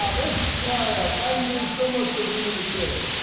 miss maya. thank you so much for being on the show.